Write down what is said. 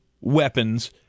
weapons